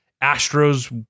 Astro's